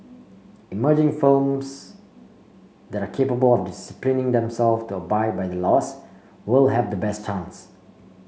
emerging firms that are capable of disciplining themselves to abide by the laws will have the best chance